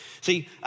See